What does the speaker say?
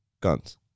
Guns